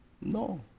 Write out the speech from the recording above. no